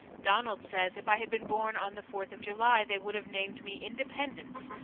donald says if i had been born on the fourth of july they would have named me independence,